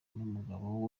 n’umugabo